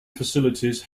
facilities